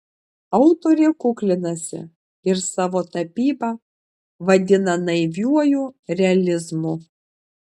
autorė kuklinasi ir savo tapybą vadina naiviuoju realizmu